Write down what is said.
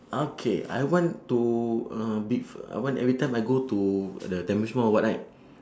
okay I want to uh bef~ I want every time I go to uh the tampines mall or what right